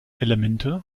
elemente